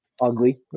ugly